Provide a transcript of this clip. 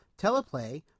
teleplay